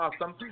awesome